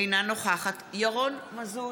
אינה נוכחת ירון מזוז,